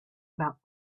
about